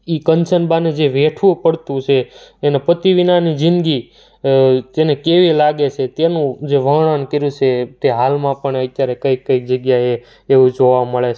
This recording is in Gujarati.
એ કંચન બાને જે વેઠવું પડતું છે એને પતિ વિનાની જિંદગી તેને કેવી લાગે છે તેનું જે વર્ણન કર્યું છે એ તે હાલમાં પણ અત્યારે કઈ કઈ જગ્યાએ એવું જોવા મળે છે